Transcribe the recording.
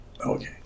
Okay